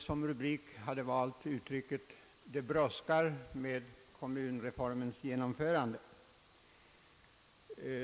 Såsom rubrik hade statsrådet valt uttrycket »Det brådskar med kommunreformens genomförande».